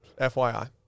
FYI